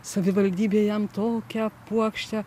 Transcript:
savivaldybė jam tokią puokštę